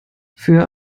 für